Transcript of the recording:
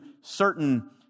certain